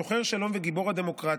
שוחר שלום וגיבור הדמוקרטיה.